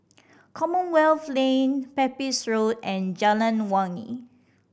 Commonwealth Lane Pepys Road and Jalan Wangi